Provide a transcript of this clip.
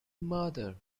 mother